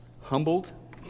humbled